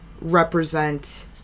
represent